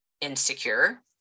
insecure